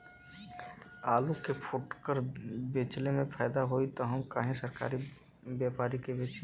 आलू के फूटकर बेंचले मे फैदा होई त हम काहे सरकारी व्यपरी के बेंचि?